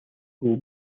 bull